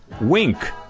Wink